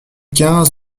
quinze